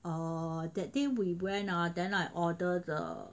err that day we went ah then I order the